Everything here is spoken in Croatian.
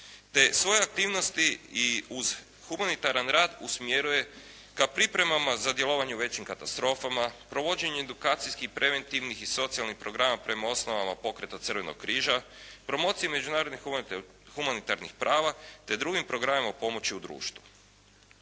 svoje aktivnosti i uz humanitaran rad usmjeruje ka pripremama za djelovanje u većim katastrofama, provođenje edukacijskih, preventivni i socijalnih programa prema osnovama pokreta Crvenog križa, promocije međunarodnih humanitarnih prava te drugim programima pomoći u društvu.